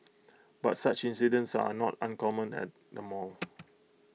but such incidents are not uncommon at the mall